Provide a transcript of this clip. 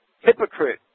Hypocrite